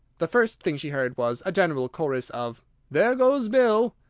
the first thing she heard was a general chorus of there goes bill!